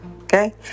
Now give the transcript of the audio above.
Okay